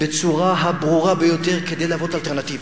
בצורה הברורה ביותר, כדי להוות אלטרנטיבה.